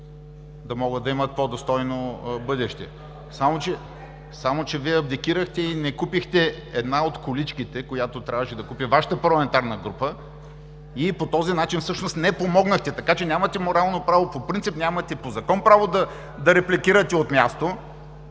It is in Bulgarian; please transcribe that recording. инвалиди да имат по-достойно бъдеще. Но Вие абдикирахте и не купихте една от количките, които трябваше да купи Вашата парламентарна група. По този начин всъщност не помогнахте. Нямате морално право, по принцип нямате право по закон да репликирате от място,